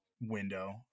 window